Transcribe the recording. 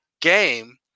game